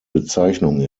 bezeichnung